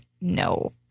no